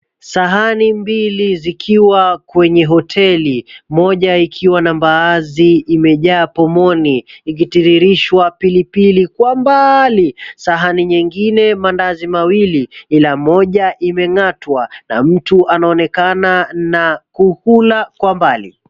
Sahani mbili zikiwa kwenye hoteli. Moja ikiwa na mbaazi imejaa pomoni, ikitiririshwa pilipili kwa mbali. Sahani nyengine mandazi mawili ila moja imeng'atwa na mtu anaoneka na kukula kwa mbali.